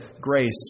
grace